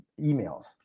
emails